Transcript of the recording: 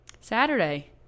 Saturday